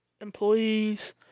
employees